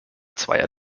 zweier